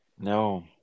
No